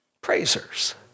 Praisers